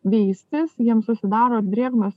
veistis jiem susidaro drėgnos